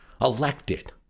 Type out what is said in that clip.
elected